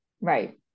Right